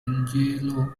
angelo